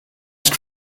ist